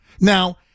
Now